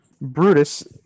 Brutus